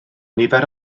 nifer